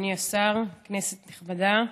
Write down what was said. אדוני השר, כנסת נכבדה,